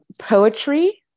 poetry